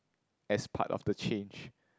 as part of the change